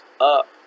up